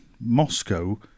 Moscow